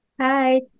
Hi